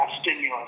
stimulus